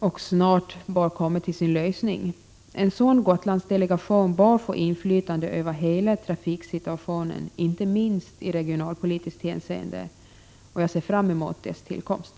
Den frågan bör snart komma till sin lösning. En sådan Gotlandsdelegation bör få inflytande över hela trafiksituationen, inte minst i regionalpolitiskt hänseende, och jag ser fram emot dess tillkomst.